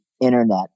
internet